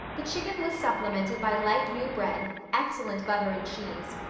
the chicken was supplemented by light new bread, excellent butter and cheese,